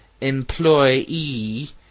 employee